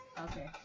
okay